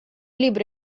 libro